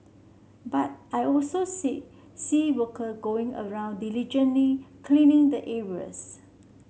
but I also see see worker going around diligently cleaning the areas